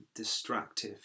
distractive